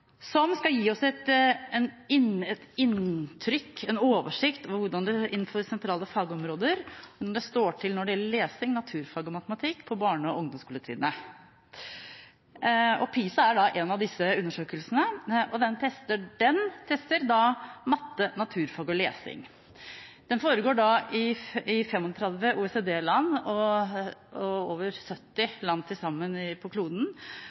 som skal gi oss et inntrykk av og en oversikt over hvordan det står til innenfor sentrale fagområder når det gjelder lesing, naturfag og matematikk på barne- og ungdomsskoletrinnet. PISA er en av disse undersøkelsene, og den tester matte, naturfag og lesing. Den foregår i 35 OECD-land og i over 70 land til sammen på kloden.